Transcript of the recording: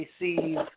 receive